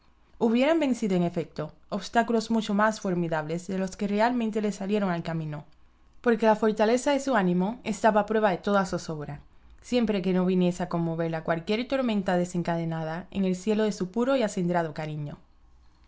hubieran vencido en efecto obstáculos mucho más formidables de los que realmente les salieron al camino porque la fortaleza de su ánimo estaba a prueba de toda zozobra siempre que no viniese a conmoverla cualquier tormenta desencadenada en el cielo de su puro y acendrado cariño